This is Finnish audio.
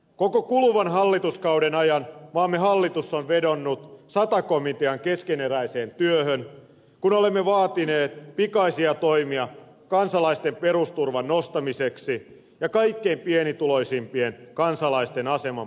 koko kuluvan hallituskauden ajan maamme hallitus on vedonnut sata komitean keskeneräiseen työhön kun olemme vaatineet pikaisia toimia kansalaisten perusturvan nostamiseksi ja kaikkein pienituloisimpien kansalaisten aseman parantamiseksi